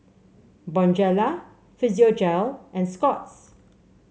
Bonjela Physiogel and Scott's